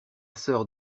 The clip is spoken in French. sœur